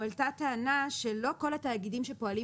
הועלתה טענה שלא כל התאגידים שפועלים